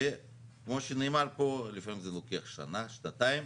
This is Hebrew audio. וכמו שנאמר פה, לפעמים זה לוקח שנה, שנתיים.